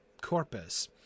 corpus